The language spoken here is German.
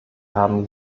haben